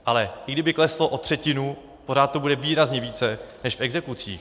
Ale i kdyby kleslo o třetinu, pořád to bude výrazně více než v exekucích.